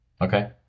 Okay